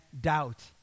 doubt